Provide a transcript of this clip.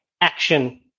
action